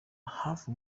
hafi